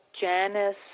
Janice